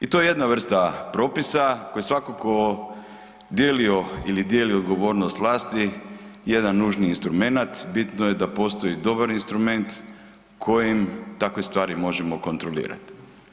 I to je jedna vrsta propisa, koji svakako dijelio ili dijeli odgovornost vlasti, jedan nužni instrumenat, bitno je da postoji dobar instrument kojim takve stvari možemo kontrolirati.